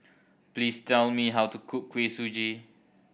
please tell me how to cook Kuih Suji